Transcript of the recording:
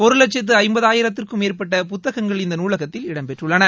ஒரு லட்சத்து ஐம்பதாயிரத்திற்கும் மேற்பட்ட புத்ககங்கள் இந்த நூலகத்தில் இடம்பெற்றுள்ளன